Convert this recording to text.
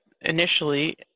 initially